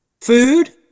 Food